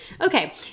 Okay